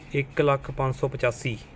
ਇੱਕ ਲੱਖ ਪੰਜ ਸੌ ਪਚਾਸੀ